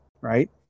right